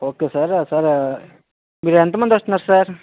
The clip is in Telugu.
ఓకే సార్ సార్ మీరు ఎంత మంది వస్తున్నారు సార్